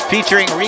Featuring